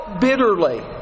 bitterly